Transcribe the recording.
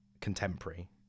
contemporary